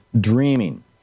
dreaming